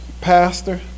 Pastor